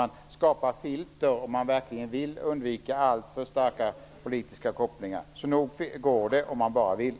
Man skapar filter om man verkligen vill undvika alltför starka politiska kopplingar. Nog går det om man bara vill!